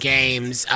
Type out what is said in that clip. Games